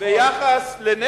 ביחס לגידול הטבעי.